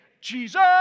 Jesus